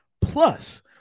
Plus